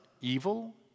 evil